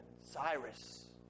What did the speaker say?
Cyrus